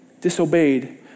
disobeyed